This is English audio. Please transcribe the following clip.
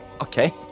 Okay